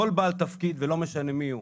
כל בעל תפקיד ולא משנה מי הוא,